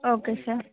okay sir